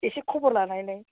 एसे खबर लानायनाय